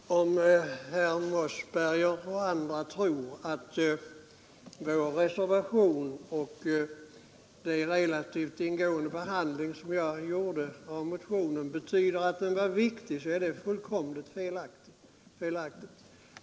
Herr talman! Om herr Mossberger och andra tror att vår reservation och min relativt ingående behandling av motionen betyder att vi anser motionen vara viktig, så är det fullkomligt felaktigt.